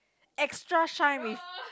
extra shine with